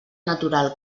natural